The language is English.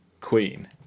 Queen